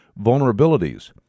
vulnerabilities